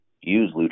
use